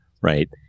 right